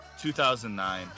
2009